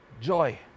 joy